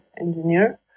engineer